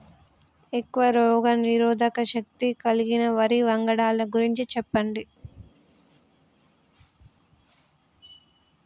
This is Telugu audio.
ఎక్కువ రోగనిరోధక శక్తి కలిగిన వరి వంగడాల గురించి చెప్పండి?